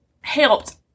helped